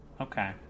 Okay